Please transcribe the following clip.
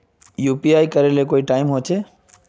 UPI करे ले कोई टाइम होचे?